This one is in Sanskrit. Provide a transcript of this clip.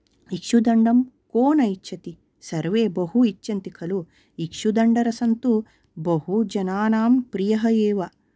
इक्षुदण्डं को न इच्छति सर्वे बहु इच्छन्ति खलु इक्षुदण्डरसं तु बहुजनानां प्रियः एव